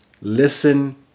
Listen